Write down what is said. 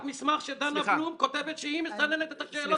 אני יכול להראות מסמך שדנה בלום כותבת שהיא מסננת את השאלות.